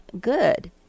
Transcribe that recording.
good